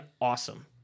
awesome